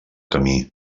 camí